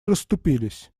расступились